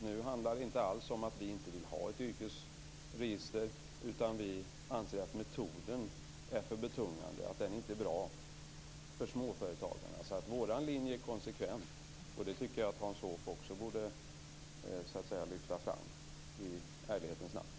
Nu handlar det inte alls om att vi inte vill ha ett yrkesregister, utan om att vi anser att metoden är för betungande. Den är inte bra för småföretagarna. Vår linje är konsekvent. Det tycker jag att Hans Hoff i ärlighetens namn också borde lyfta fram.